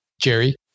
Jerry